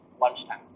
lunchtime